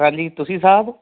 ਹਾਂਜੀ ਤੁਸੀਂ ਸਾਹਿਬ